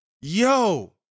Yo